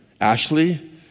Ashley